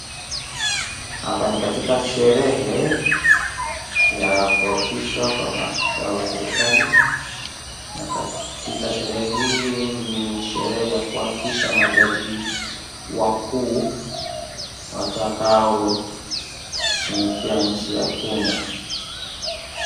Hapa ni katika sherehe ya kuapishwa kwa maafisa wa serekali na katika sherehe hii ni sherehe ya kuapisha majaji wakuu watakaotumikia nchi ya Kenya.